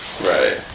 Right